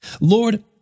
Lord